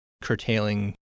curtailing